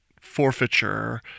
forfeiture